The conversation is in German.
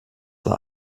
war